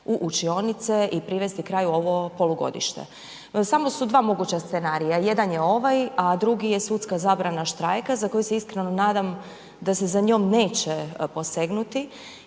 u učionice i privesti kraju ovo polugodište. Samo su dva moguća scenarija, jedan je ovaj a drugi je sudska zabrana štrajka za koju se iskreno nadam da se za njom neće posegnuti